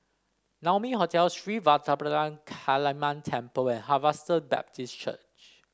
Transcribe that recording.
Naumi Hotel Sri Vadapathira Kaliamman Temple and Harvester Baptist Church